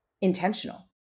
intentional